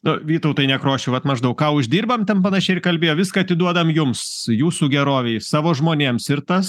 nu vytautai nekrošiau vat maždaug ką uždirbam ten panašiai ir kalbėjo viską atiduodam jums jūsų gerovei savo žmonėms ir tas